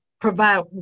provide